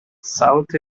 south